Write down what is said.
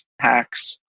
Hacks